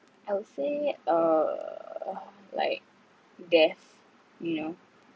I would say err like death you know